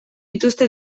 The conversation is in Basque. dituzte